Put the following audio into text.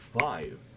five